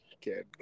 kid